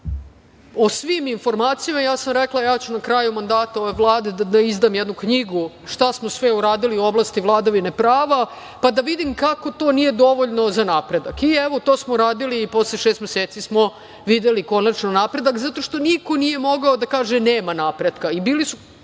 o svim informacijama. Ja sam rekla - ja ću na kraju mandata ove Vlade da izdam jednu knjigu šta smo sve uradili u oblasti vladavine prava, pa da vidim kako to nije dovoljno za napredak.I evo, to smo uradili i posle šest meseci smo videli konačno napredak, zato što niko nije mogao da kaže nema napretka